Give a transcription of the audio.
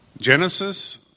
Genesis